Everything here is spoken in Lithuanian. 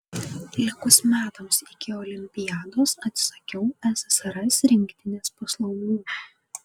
likus metams iki olimpiados atsisakiau ssrs rinktinės paslaugų